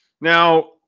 Now –